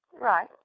Right